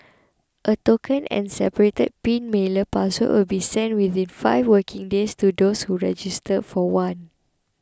a token and separate pin mailer password will be sent within five working days to those who register for one